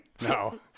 No